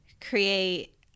create